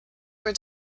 were